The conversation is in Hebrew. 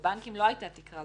בבנקים לא הייתה תקרה.